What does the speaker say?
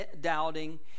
doubting